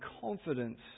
confidence